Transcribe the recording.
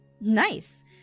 Nice